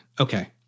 Okay